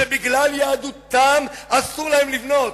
שבגלל יהדותם אסור להם לבנות.